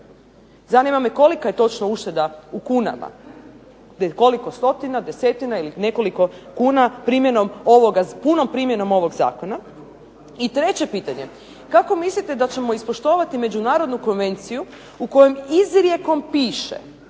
Zanima me kolika je točno ušteda u kunama, koliko stotina, desetina ili nekoliko kuna punom primjenom ovog zakona. I treće pitanje, kako mislite da ćemo ispoštovati Međunarodnu konvenciju u kojoj izrijekom piše,